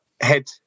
head